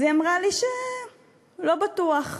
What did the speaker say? אז היא אמרה לי שלא בטוח.